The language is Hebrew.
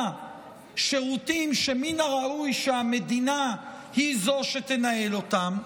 שירותים שמן הראוי שהמדינה היא זו שתנהל אותם.